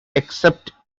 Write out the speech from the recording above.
except